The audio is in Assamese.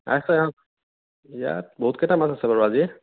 এক ছেকেণ্ড ইয়াত বহুতকেইটা মাছ আছে বাৰু আজি